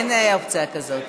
אין אופציה כזאת.